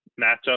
matchup